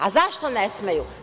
A zašto ne smeju?